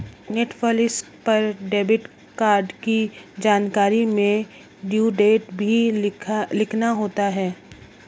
Netflix पर debit card की जानकारी में ड्यू डेट भी लिखना होता है